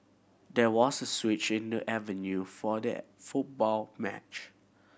there was switch in the avenue for the football match